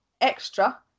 extra